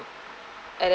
I